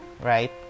right